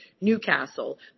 Newcastle